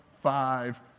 five